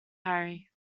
harry